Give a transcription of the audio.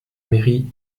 mairie